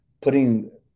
putting